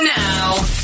now